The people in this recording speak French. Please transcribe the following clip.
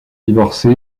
divorcé